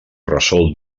resol